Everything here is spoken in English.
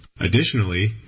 Additionally